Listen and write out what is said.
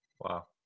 Wow